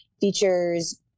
features